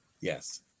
Yes